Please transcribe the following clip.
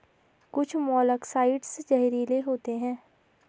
कुछ मोलॉक्साइड्स जहरीले होते हैं